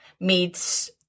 meets